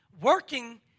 working